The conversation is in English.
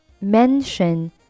Mention